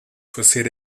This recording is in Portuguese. fazer